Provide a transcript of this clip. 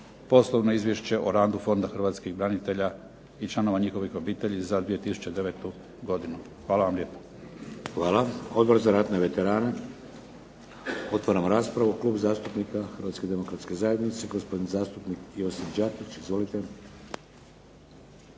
Poslovno izvješće o radu Fonda hrvatskih branitelja i članova njihovih obitelji za 2009. godinu. Hvala vam lijepo. **Šeks, Vladimir (HDZ)** Hvala. Odbor za ratne veterane? Otvaram raspravu. Klub zastupnika Hrvatske demokratske zajednice, gospodin zastupnik Josip Đakić. Izvolite.